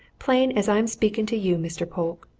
plain as i'm speaking to you, mr. polke.